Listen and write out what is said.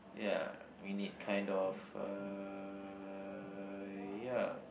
ya we need kind of uh ya